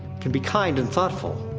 can be kind and thoughtful.